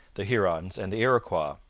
the hurons, and the iroquois.